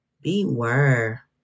Beware